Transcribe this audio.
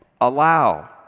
Allow